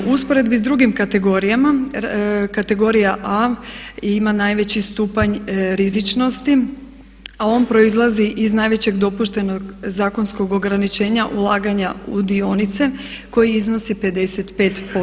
U usporedbi sa drugim kategorijama, kategorija A ima najveći stupanj rizičnosti a on proizlazi iz najvećeg dopuštenog zakonskog ograničenja ulaganja u dionice koji iznosi 55%